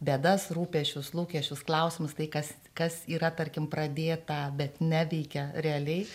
bėdas rūpesčius lūkesčius klausimus tai kas kas yra tarkim pradėta bet neveikia realiai